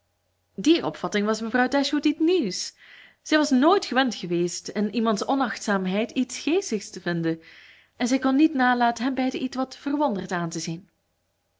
die opvatting was voor mevrouw dashwood iets nieuws zij was nooit gewend geweest in iemands onachtzaamheid iets geestigs te vinden en zij kon niet nalaten hen beiden ietwat verwonderd aan te zien